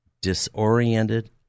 disoriented